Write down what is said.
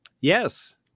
Yes